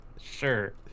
Sure